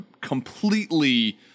completely